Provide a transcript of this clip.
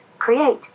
Create